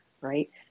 right